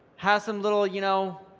has some little you know